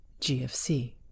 GFC